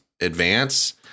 advance